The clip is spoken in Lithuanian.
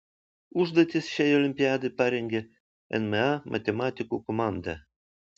užduotis šiai olimpiadai parengė nma matematikų komanda